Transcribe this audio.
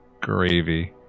Gravy